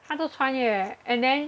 她都穿越:ta doui chuan yue and then